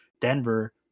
Denver